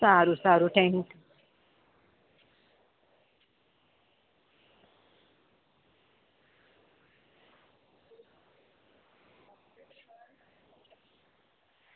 સારું સારું thank you